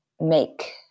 make